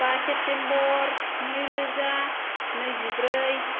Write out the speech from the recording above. बा सेप्तेम्बर नैरोजा नैजिब्रै